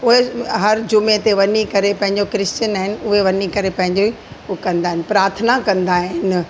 उहे हर ॼुमें ते वञी करे पंहिंजो क्रिशचन आहिनि उहे वञी करे पंहिंजे हू कंदा आहिनि प्रार्थना कंदा आहिनि